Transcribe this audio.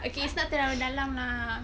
okay it's not terlalu dalam lah